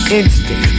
instant